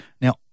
Now